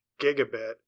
gigabit